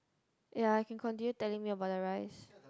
ya you can continue telling me about the rice